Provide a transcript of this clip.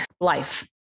life